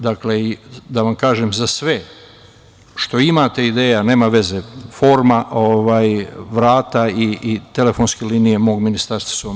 Da vam kažem za sve što imate ideja, a nema veze forma, vrata i telefonske linije mog ministarstva su vam